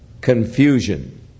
confusion